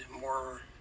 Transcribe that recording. more